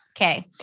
Okay